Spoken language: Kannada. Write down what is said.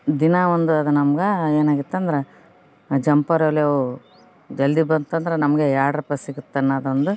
ದಿನ ಒಂದು ಅದು ನಮ್ಗೆ ಏನಾಗಿತ್ತು ಅಂದ್ರ ಜಂಪರ್ ಹೊಲಿಯೋ ಜಲ್ದಿ ಬಂತಂದ್ರ ನಮಗೆ ಎರಡು ರೂಪಾಯಿ ಸಿಗತ್ತೆ ಅನ್ನದೊಂದು